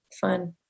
fun